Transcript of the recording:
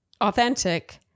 authentic